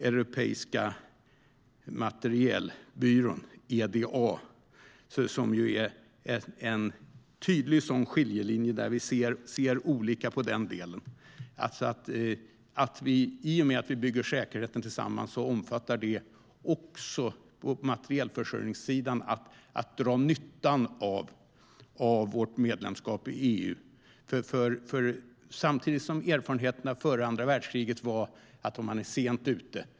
Europeiska försvarsmaterielbyrån, Eda, är en tydlig skiljelinje där vi ser olika på detta. I och med att vi bygger säkerheten tillsammans omfattar det på materielförsörjningssidan att också dra nytta av vårt medlemskap i EU. Vi har erfarenheterna från före andra världskriget, då vi var sent ute.